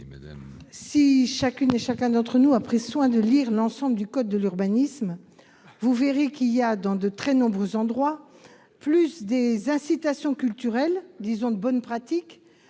si chacune et chacun d'entre vous prend le soin de lire l'ensemble du code de l'urbanisme, vous verrez qu'il contient, en de nombreux endroits, plus d'incitations culturelles, disons des bonnes pratiques,